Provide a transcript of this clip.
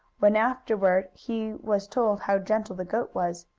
when, afterward, he was told how gentle the goat was.